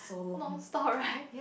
non stop right